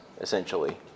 essentially